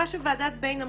מה שוועדת ביין אמרה,